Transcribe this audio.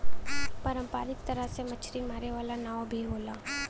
पारंपरिक तरह से मछरी मारे वाला नाव भी होला